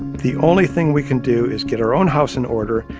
the only thing we can do is get our own house in order,